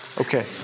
Okay